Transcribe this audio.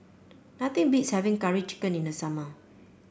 nothing beats having Curry Chicken in the summer